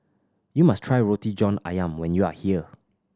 you must try Roti John Ayam when you are here